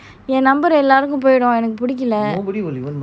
என்:en number எல்லாருக்கும் போய்டும் எனக்கு பிடிக்கல:ellarukkum poidum enakku pidikkala